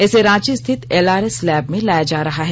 इसे रांची स्थित LRS lab में लाया जा रहा है